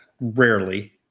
rarely